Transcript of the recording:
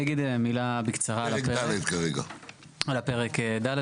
אני אגיד בקצרה על הפרק ד',